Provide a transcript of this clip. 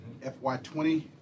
FY20